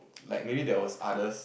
like maybe there was others